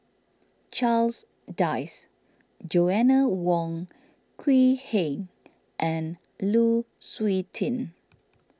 Charles Dyce Joanna Wong Quee Heng and Lu Suitin